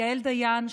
יעל דיין,